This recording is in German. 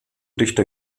dichter